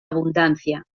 abundancia